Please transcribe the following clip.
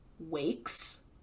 wakes